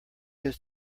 his